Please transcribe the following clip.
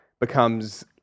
becomes